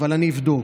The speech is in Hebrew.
אבל אני אבדוק,